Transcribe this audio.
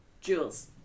Jules